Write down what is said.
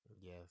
yes